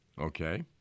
Okay